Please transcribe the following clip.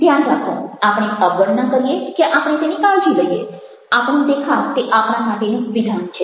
ધ્યાન રાખો આપણે અવગણના કરીએ કે આપણે તેની કાળજી લઈએ આપણો દેખાવ તે આપણા માટેનું વિધાન છે